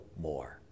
more